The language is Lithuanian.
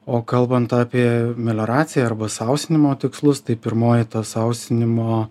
o kalbant apie melioraciją arba sausinimo tikslus tai pirmoji ta sausinimo